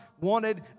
wanted